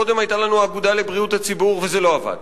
קודם היתה לנו האגודה לבריאות הציבור, וזה לא עבד.